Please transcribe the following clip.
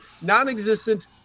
non-existent